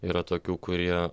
yra tokių kurie